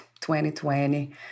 2020